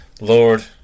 Lord